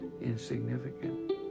insignificant